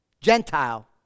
Gentile